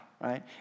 right